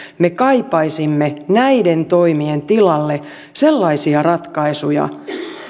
me kaipaisimme näiden toimien tilalle sellaisia ratkaisuja